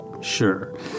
Sure